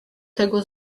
tego